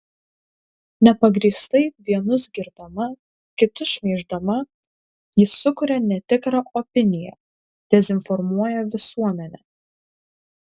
nepagrįstai vienus girdama kitus šmeiždama ji sukuria netikrą opiniją dezinformuoja visuomenę